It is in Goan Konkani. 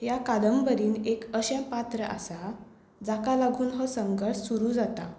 ह्या कादंबरींत एक अशें पात्र आसा जाका लागून हो संघर्श सुरू जाता